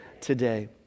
today